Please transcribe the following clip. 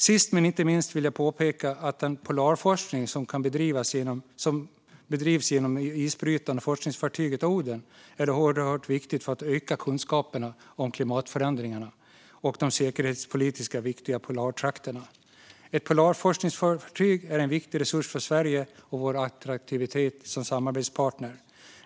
Sist men inte minst vill jag påpeka att den polarforskning som bedrivs genom isbrytaren och forskningsfartyget Oden är oerhört viktig för att öka kunskaperna om klimatförändringarna och de säkerhetspolitiskt viktiga polartrakterna. Ett polarforskningsfartyg är en viktig resurs för Sverige och vår attraktivitet som samarbetspartner.